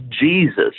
Jesus